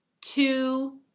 two